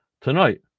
tonight